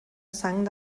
sang